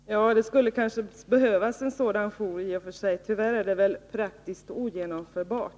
Herr talman! Ja, det skulle kanske behövas en sådan jour i och för sig. Tyvärr är det väl praktiskt ogenomförbart.